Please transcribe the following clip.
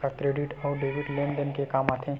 का क्रेडिट अउ डेबिट लेन देन के काम आथे?